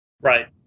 Right